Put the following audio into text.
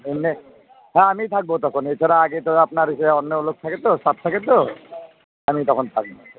এমনে হ্যাঁ আমিই থাকবো তখন এছাড়া আগে তো আপনার সে অন্য লোক থাকে তো স্টাফ থাকে তো আমি তখন থাকবো